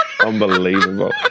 Unbelievable